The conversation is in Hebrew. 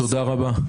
תודה רבה.